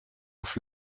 auf